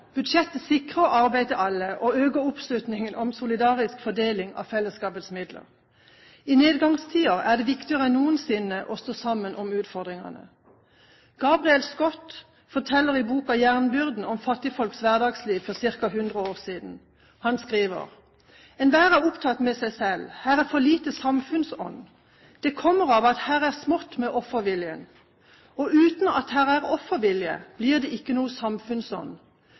Budsjettet sikrer arbeid til alle og øker oppslutningen om solidarisk fordeling av fellesskapets midler. I nedgangstider er det viktigere enn noensinne å stå sammen om utfordringene. Gabriel Scott forteller i boka Jernbyrden om fattigfolks hverdagsliv for ca. 100 år siden. Han skriver: «Enhver er fullt optatt med sig selv, her er for lite samfundsånd. Det kommer igjen av at det er smått med offerviljen. Og uten at her er offervilje, blir her ikke noen samfundsånd – det